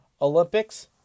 Olympics